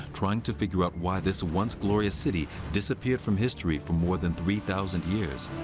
trying to figure out why this once glorious city disappeared from history for more than three thousand years.